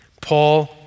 Paul